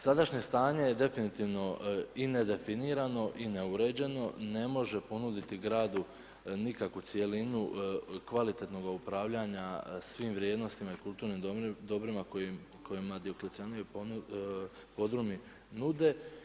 Sadašnje stanje je definitivno i nedefinirano i neuređeno, ne može ponuditi gradu nikakvu cjelinu kvalitetnoga upravljanja svim vrijednostima i kulturnim dobrima kojima Dioklecijanovi podrumi nude.